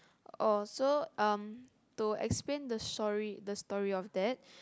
oh so um to explain the sorry the story of that